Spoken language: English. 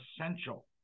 essential